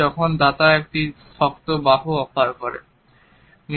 যখন দাতা একটি শক্ত বাহু অফার করে তখন এটি ঘটে